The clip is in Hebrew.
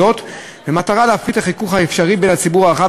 זאת במטרה להפחית את החיכוך האפשרי בין הציבור הרחב